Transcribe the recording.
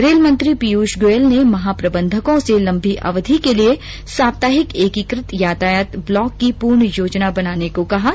rail मंत्री पीयूष गोयल ने महाप्रबंधकों से लम्बी अवधि के सप्ताहिक एकीकृत यातायात ब्लॉक की पूर्ण योजना बनाने को कहा है